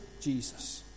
Jesus